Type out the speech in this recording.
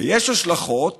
ויש השלכות